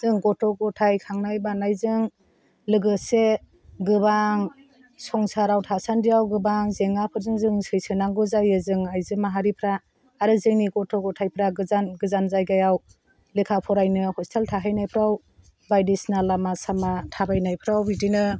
जों गथ' गथाय खांनाय बानायजों लोगोसे गोबां संसाराव थासान्दियाव गोबां जेंनाफोरजों जों सैसोनांगौ जायो जों आयजो माहारिफ्रा आरो जोंनि गथ' गथायफ्रा गोजान गोजान जायगायाव लेखा फरायनो हस्टेल थाहैनायफ्राव बायदिसिना लामा सामा थाबायनायफ्राव बिदिनो